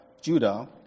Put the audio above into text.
Judah